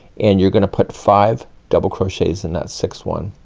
and you're gonna put five double crochets in that sixth one.